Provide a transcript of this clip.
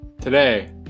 Today